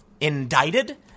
indicted